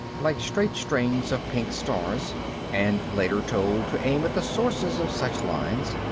like straight strings of pink stars and later told to aim at the sources of such lines.